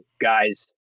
guys